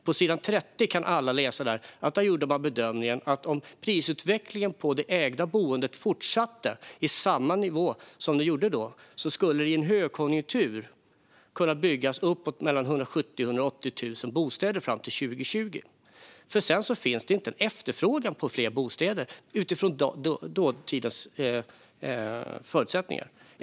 På s. 30 kan alla läsa att man gjorde bedömningen att om prisutvecklingen på det ägda boendet fortsatte i samma nivå som då skulle det i en högkonjunktur kunna byggas uppemot 170 000 till 180 000 bostäder fram till 2020. Därefter finns det ingen efterfrågan på bostäder, menade man efter dåtidens förutsättningar.